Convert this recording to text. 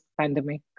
pandemic